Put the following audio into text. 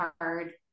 hard